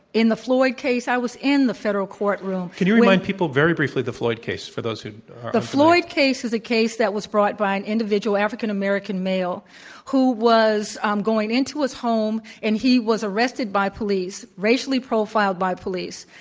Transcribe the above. in the floyd case, i was in the federal courtroom could you remind people very briefly the floyd case, for those who the floyd case was a case that was brought by an individual african-american male who was um going into his home and he was arrested by police, racially profiled by police,